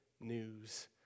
news